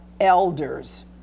elders